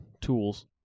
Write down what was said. tools